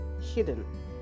hidden